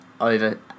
over